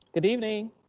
good evening.